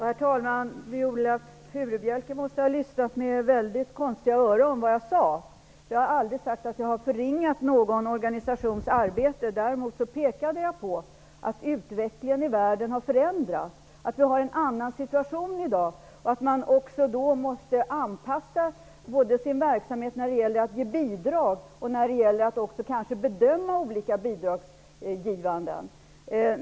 Herr talman! Viola Furubjelke måste ha lyssnat på ett konstigt sätt till vad jag sade. Jag har aldrig förringat någon organisations arbete. Jag pekade på att utvecklingen i världen har förändrats, att situationen är en annan i dag och att man därför måste anpassa sin verksamhet både när det gäller att ge bidrag och när det gäller att bedöma bidragsgivning.